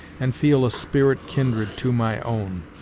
and feel a spirit kindred to my own